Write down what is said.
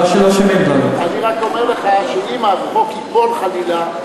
אני רק אומר לך שאם החוק ייפול חלילה,